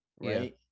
Right